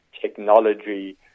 technology